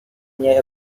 near